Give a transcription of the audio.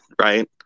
Right